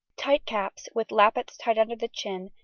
tight caps, with lappets tied under the chin,